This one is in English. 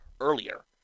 earlier